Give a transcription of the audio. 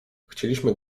chcieliśmy